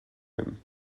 him